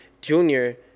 junior